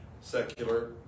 secular